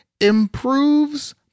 improves